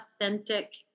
authentic